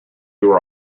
were